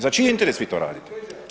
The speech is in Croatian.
Za čiji interes vi to radite?